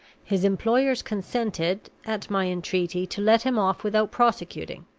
his employers consented, at my entreaty, to let him off without prosecuting.